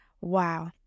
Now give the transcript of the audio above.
Wow